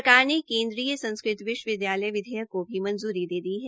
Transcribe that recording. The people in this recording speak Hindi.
सरकार ने केन्द्रीय संस्कृत विश्वविद्यालय विधेयक को भी पारित दे दी है